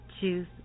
Choose